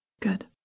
Good